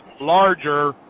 larger